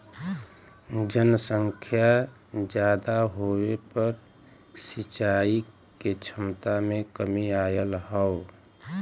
जनसंख्या जादा होये पर सिंचाई के छमता में कमी आयल हौ